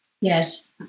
Yes